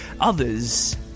Others